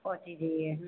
પહોંચી જઈએ